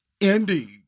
Indeed